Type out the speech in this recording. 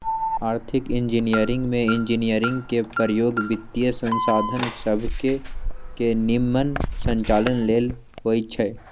आर्थिक इंजीनियरिंग में इंजीनियरिंग के प्रयोग वित्तीयसंसाधन सभके के निम्मन संचालन लेल होइ छै